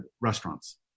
restaurants